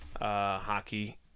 Hockey